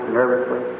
nervously